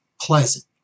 pleasant